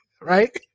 Right